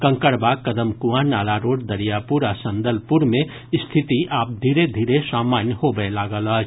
Kankarbagh Kadam Kuan Nala road Dariyapur आ संदलपुर मे स्थिति आब धीरे धीरे सामान्य होबय लागल अछि